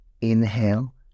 inhale